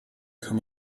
kann